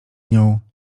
nią